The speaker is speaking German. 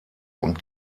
und